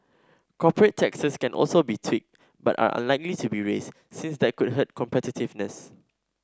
corporate taxes can also be tweaked but are unlikely to be raised since that could hurt competitiveness